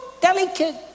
delicate